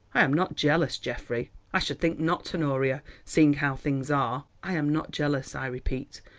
i am not jealous, geoffrey i should think not, honoria, seeing how things are. i am not jealous, i repeat,